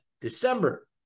December